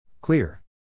Clear